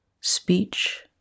speech